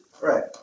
Right